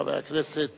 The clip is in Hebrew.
חבר הכנסת